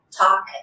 talk